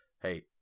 hey